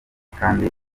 kandi